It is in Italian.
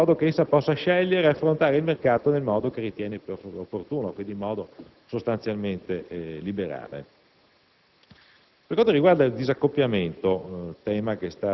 in modo che l'impresa agricola ed ortofrutticola possa scegliere ed affrontare il mercato nel modo che ritiene più opportuno e quindi in maniera sostanzialmente liberale.